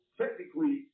technically